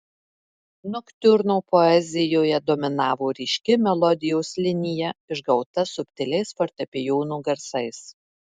noktiurno poezijoje dominavo ryški melodijos linija išgauta subtiliais fortepijono garsais